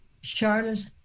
charlotte